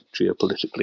geopolitically